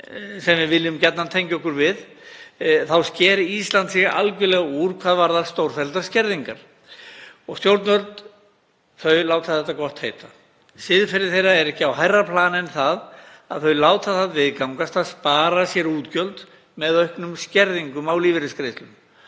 sem við viljum gjarnan tengja okkur við þá sker Ísland sig algjörlega úr hvað varðar stórfelldar skerðingar. Stjórnvöld láta þetta gott heita. Siðferði þeirra er ekki á hærra plani en það að þau láta það viðgangast að spara sér útgjöld með auknum skerðingum á lífeyrisgreiðslum